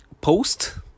post